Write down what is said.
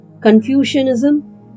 Confucianism